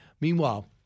Meanwhile